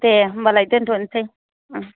दे होनबालाय दोनथ'नोसै